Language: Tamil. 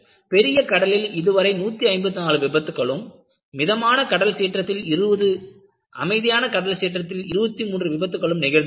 பெரிய கடலில் இதுவரை 154 விபத்துக்களும் மிதமான கடல் சீற்றத்தில் 20 அமைதியான கடல் சீற்றத்தில் 23 விபத்துக்களும் நிகழ்ந்துள்ளன